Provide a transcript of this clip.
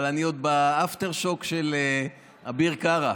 אבל אני בעוד באפטר-שוק של אביר קארה.